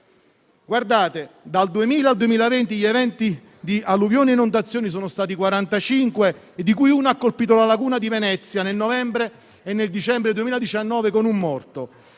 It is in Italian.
anni. Dal 2000 al 2020 gli eventi quali alluvioni e inondazioni sono stati 45; uno ha colpito la laguna di Venezia, nel novembre e nel dicembre 2019, con un morto.